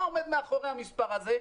מה עומד מאחורי המספר הזה?